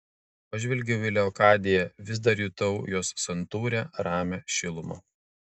pažvelgiau į leokadiją vis dar jutau jos santūrią ramią šilumą